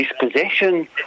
dispossession